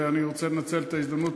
ואני רוצה לנצל את ההזדמנות,